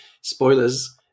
spoilers